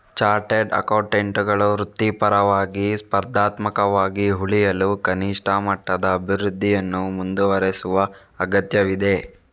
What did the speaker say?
chartered ಅಕೌಂಟೆಂಟುಗಳು ವೃತ್ತಿಪರವಾಗಿ, ಸ್ಪರ್ಧಾತ್ಮಕವಾಗಿ ಉಳಿಯಲು ಕನಿಷ್ಠ ಮಟ್ಟದ ಅಭಿವೃದ್ಧಿಯನ್ನು ಮುಂದುವರೆಸುವ ಅಗತ್ಯವಿದೆ